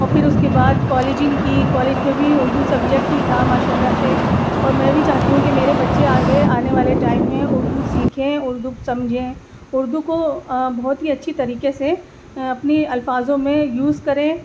اور پھر اس کے بعد کالجنگ کی کالج میں بھی اردو سبجیکٹ ہی تھا ماشا اللہ سے اور میں بھی چاہتی ہوں کہ میرے بچے آگے آنے والے ٹائم میں اردو سیکھیں اردو سمجھیں اردو کو بہت ہی اچھی طریقے سے اپنے لفظوں میں یوز کریں